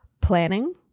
planning